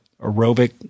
aerobic